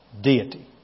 Deity